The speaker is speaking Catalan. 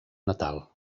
natal